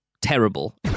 terrible